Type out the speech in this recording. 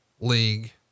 league